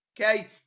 Okay